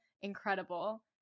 Incredible